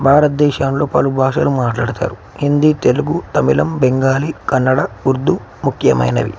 భారతదేశంలో పలు భాషలు మాట్లాడతారు హిందీ తెలుగు తమిళం బెంగాలీ కన్నడ ఉర్దూ ముఖ్యమైనవి